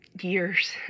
years